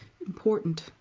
important